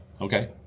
Okay